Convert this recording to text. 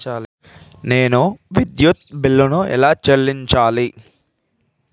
నేను విద్యుత్ బిల్లు ఎలా చెల్లించాలి?